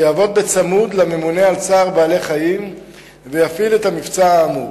שיעבוד בצמוד לממונה על צער בעלי-חיים ויפעיל את המבצע האמור.